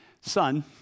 son